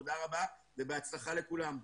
תודה רבה ובהצלחה לכולם.